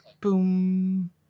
boom